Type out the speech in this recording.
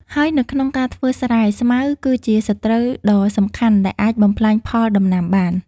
ហើយនៅក្នុងការធ្វើស្រែ ស្មៅគឺជាសត្រូវដ៏សំខាន់ដែលអាចបំផ្លាញផលដំណាំបាន។